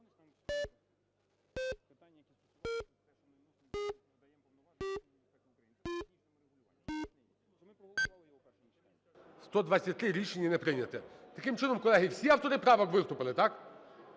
За-123 Рішення не прийнято. Таким чином, колеги, всі автори правок виступили – так?